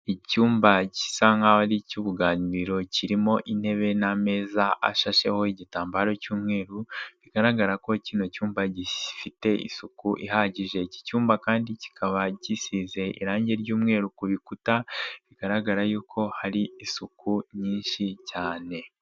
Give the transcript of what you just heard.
Icyumba gisa nkaho ari icy'ubuganiro kirimo intebe n'ameza ashasheho igitambaro cy'umweru, bigaragara ko kino cyumba gifite isuku ihagije, iki cyumba kandi kikaba gisize irangi ry'uumweru ku bikuta bigaragara yuko hari isuku nyinshi cyane.